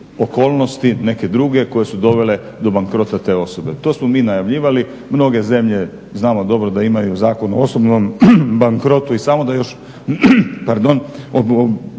neke druge koje su dovele do bankrota te osobe. To smo mi najavljivali, mnoge zemlje znamo dobro da imaju Zakon o osobnom bankrotu. I samo da još pojasnim